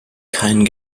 keinen